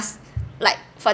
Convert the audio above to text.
must like for